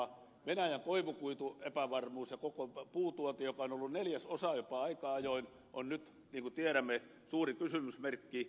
venäjän koivukuituepävarmuus ja koko puuntuonti joka on ollut jopa neljäsosa aika ajoin on nyt niin kuin tiedämme suuri kysymysmerkki